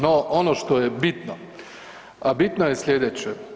No ono što je bitno, a bitno je slijedeće.